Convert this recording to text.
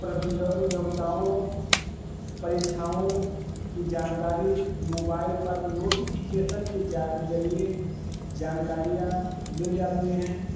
प्रतियायोगिताओं परीक्षाओं की जानकारी मोबाइल पर नोटीफ़िकेसन के जरिए जानकारियाँ मिल जाती हैं